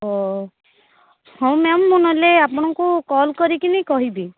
ହଉ ମ୍ୟାମ ମୁଁ ନହେଲେ ଆପଣଙ୍କୁ କଲ କରିକିନି କହିବି